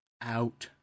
out